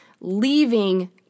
leaving